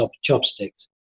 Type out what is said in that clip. chopsticks